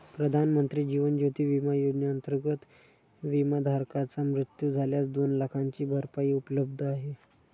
प्रधानमंत्री जीवन ज्योती विमा योजनेअंतर्गत, विमाधारकाचा मृत्यू झाल्यास दोन लाखांची भरपाई उपलब्ध आहे